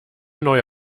neue